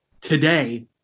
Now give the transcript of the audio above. today